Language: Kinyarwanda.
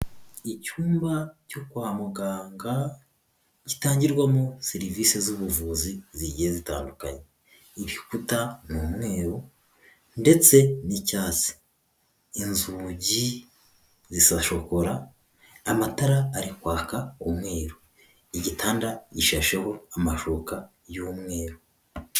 Icyumba cyo kwa muganga gitangirwamo serivisi z'ubuvuzi zigiye zitandukanye, ibikuta ni umweru ndetse n'icyatsi, inzugi zisa shokora, amatara ari kwaka umweru igitanda gishasheho amashuka y'umweru.